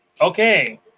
Okay